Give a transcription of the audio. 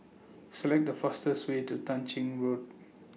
Select The fastest Way to Tah Ching Road